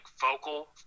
vocal